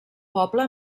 poble